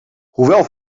hoewel